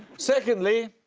secondly.